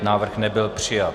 Návrh nebyl přijat.